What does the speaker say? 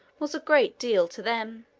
was a great deal to them.